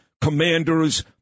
Commanders